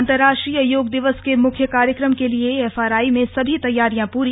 अंतर्राष्ट्रीय योग दिवस के मुख्य कार्यक्रम के लिए एफआरआई में सभी तैयारियां पूरी